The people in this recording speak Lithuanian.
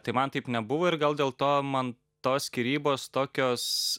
tai man taip nebuvo ir gal dėl to man tos skyrybos tokios